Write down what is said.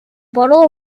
bottle